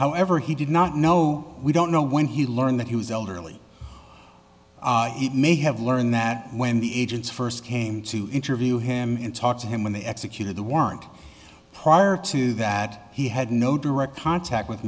however he did not know we don't know when he learned that he was elderly it may have learned that when the agents first came to interview him in talk to him when they executed the warrant prior to that he had no direct contact with